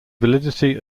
validity